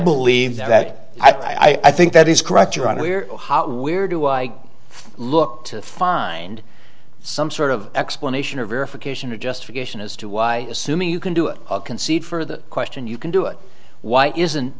believe that i think that is correct your honor we're where do i look to find some sort of explanation or verification or justification as to why assuming you can do it concede for the question you can do it why isn't